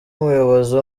umuyobozi